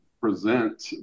present